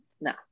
No